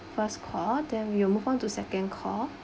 first call then we'll move on to second call